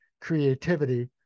creativity